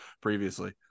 previously